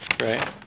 right